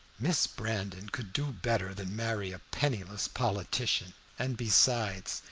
miss brandon could do better than marry a penniless politician, and besides,